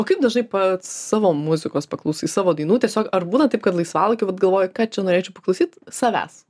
o kaip dažnai pats savo muzikos paklausai savo dainų tiesiog ar būna taip kad laisvalaikiu vat galvoji kad čia norėčiau paklausyt savęs